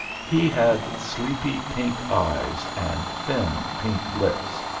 he had sleepy pink eyes and thin pink lips,